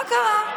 מה קרה?